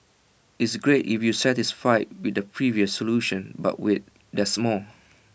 it's great if you're satisfied with the previous solutions but wait there's more